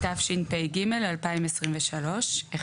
התשפ"ג- 2023 של חה"כ מירב בן ארי.